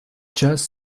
just